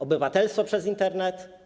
Obywatelstwo przez Internet?